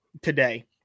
today